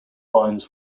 wines